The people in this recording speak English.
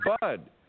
bud